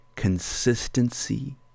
consistency